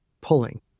pulling